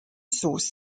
source